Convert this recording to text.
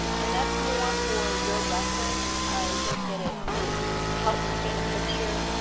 and that's more for your reference. i think that it it helps paint a picture